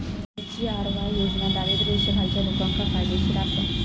SGRY योजना दारिद्र्य रेषेखालच्या लोकांका फायदेशीर आसा